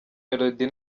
melodie